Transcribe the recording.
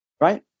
right